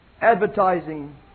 advertising